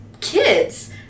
kids